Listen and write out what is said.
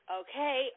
okay